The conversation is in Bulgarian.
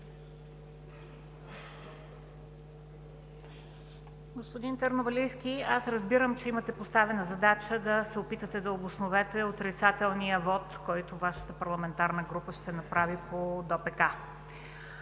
Господин Търновалийски, аз разбирам, че имате поставена задача да се опитате да обосновете отрицателния вот, който Вашата парламентарна група ще направи по ДОПК.